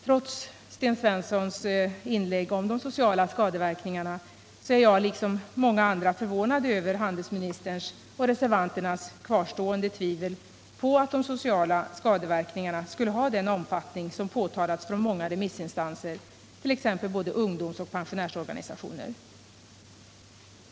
Trots Sten Svenssons inlägg om de sociala skadeverkningarna är jag, liksom många andra, förvånad över handelsministerns och reservanternas kvarstående tvivel på att de sociala skadeverkningarna skulle ha den omfattning som påtalats från många remissinstanser, t.ex. ungdomsoch pensionärsorganisationer.